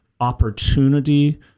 opportunity